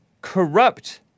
corrupt